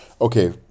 okay